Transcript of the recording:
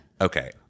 Okay